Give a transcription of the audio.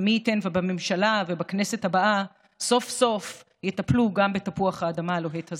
ומי ייתן ובממשלה ובכנסת הבאה סוף-סוף יטפלו גם בתפוח האדמה הלוהט הזה.